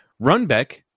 Runbeck